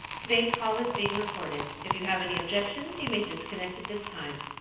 today's call is being recorded. if you have any objections, you may disconnect at this time.